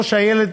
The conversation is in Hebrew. או שהילד